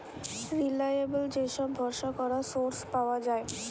reliable যে সব ভরসা করা সোর্স পাওয়া যায়